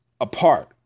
apart